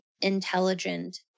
intelligent